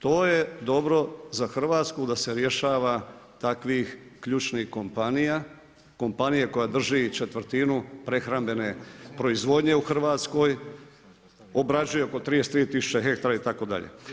To je dobro za RH da se rješava takvih ključnih kompanija, kompanije koja drži četvrtinu prehrambene proizvodnje u RH, obrađuje oko 33 tisuće hektara itd.